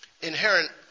inherent